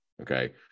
okay